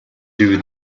two